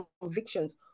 convictions